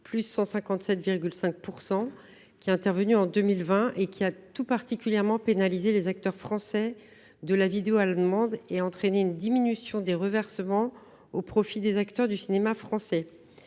taux de la taxe, intervenue en 2020, qui a tout particulièrement pénalisé les acteurs français de la vidéo à la demande et entraîné une diminution des reversements au profit des acteurs du cinéma français.